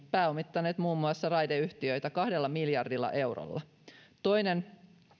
pääomittaneet muun muassa raideyhtiöitä kahdellakymmenelläseitsemällä miljardilla eurolla toinen